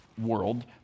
world